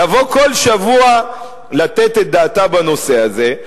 לבוא בכל שבוע לתת את דעתה בנושא הזה.